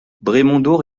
brémondot